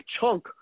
chunk